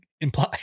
imply